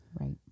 Right